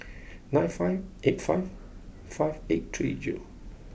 nine five eight five five eight three zero